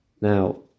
Now